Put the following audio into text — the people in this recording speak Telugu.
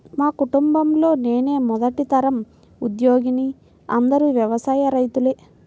మా కుటుంబంలో నేనే మొదటి తరం ఉద్యోగిని అందరూ వ్యవసాయ రైతులే